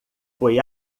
foi